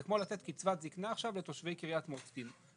זה כמו לתת קצבת זקנה עכשיו לתושבי קריית מוצקין.